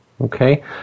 okay